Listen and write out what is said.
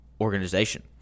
organization